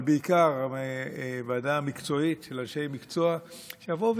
אבל בעיקר ועדה מקצועית של אנשי מקצוע שיבואו